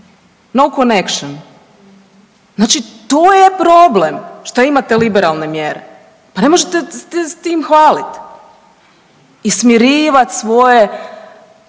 no connection, znači to je problem što imate liberalne mjere pa ne možete se s tim hvalit i smirivat svoje